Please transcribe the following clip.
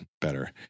better